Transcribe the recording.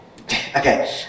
Okay